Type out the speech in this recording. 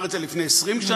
הוא אמר את זה לפני 20 שנה,